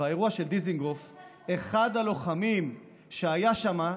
באירוע של דיזינגוף אחד הלוחמים שהיה שם,